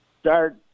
start